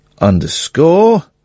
underscore